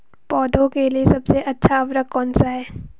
पौधों के लिए सबसे अच्छा उर्वरक कौनसा हैं?